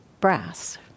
brass